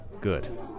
Good